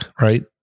right